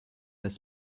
n’est